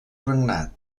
regnat